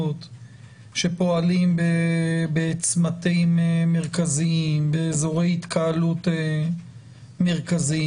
שפועלים בצמתים מרכזיים ובאזורי התקהלות מרכזיים.